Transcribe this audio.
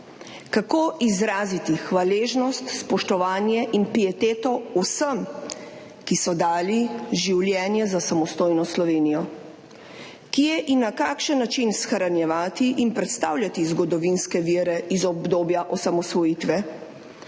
Kako izraziti hvaležnost, spoštovanje in pieteto vsem, ki so dali življenje za samostojno Slovenijo? Kje in na kakšen način shranjevati in predstavljati zgodovinske vire iz obdobja osamosvojitve?